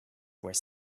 were